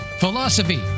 Philosophy